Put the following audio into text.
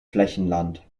flächenland